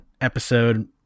episode